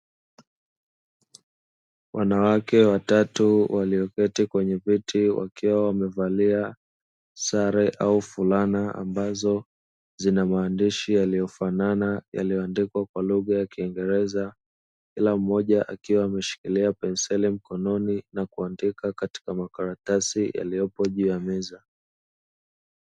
Wanawake watatu walio keti kwenye viti wakiwa wamevalia sare au furana ambazo zina maandishi yaliyo fanana yaliyo andikwa kwa lugha ya kiingereza, kila mmoja akiwa ameshikilia penseli mkononi nakuandika katika maratasi yaliyopo juu ya meza.